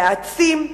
להעצים,